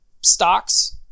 stocks